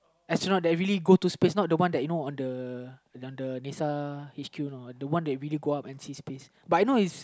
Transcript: astronaut that really go to space not the one that you know on the one the Nasa H_Q know the one that really go up and see space but I know is